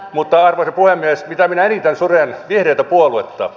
mutta arvoisa puhemies se mitä minä eniten suren on vihreä puolue